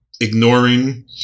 ignoring